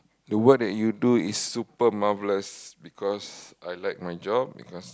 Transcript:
the work that you do is super marvelous because I like my job plus